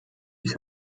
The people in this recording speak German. ich